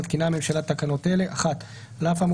מתקינה הממשלה תקנות אלה: הוראת שעה על אף האמור